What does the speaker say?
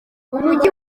umugi